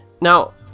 Now